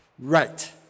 right